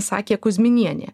sakė kuzminienė